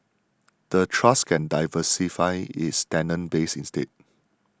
the trust can diversify its tenant base instead